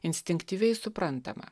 instinktyviai suprantama